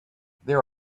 there